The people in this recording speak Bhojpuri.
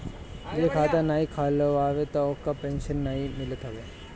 जे खाता नाइ खोलवावत हवे ओके पेंशन नाइ मिलत हवे